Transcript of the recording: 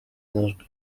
majwi